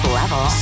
level